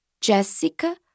Jessica